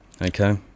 Okay